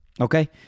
okay